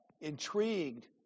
intrigued